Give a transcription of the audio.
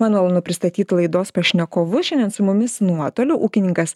man malonu pristatyt laidos pašnekovus šiandien su mumis nuotoliu ūkininkas